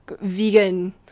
vegan